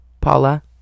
Paula